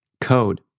code